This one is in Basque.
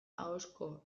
ahozko